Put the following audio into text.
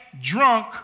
drunk